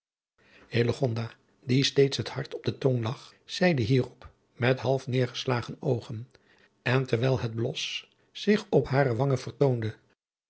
die steeds het hart op de tong lag zeide hierop met half neêrgeslagen oogen en terwijl het blos zich op hare wangen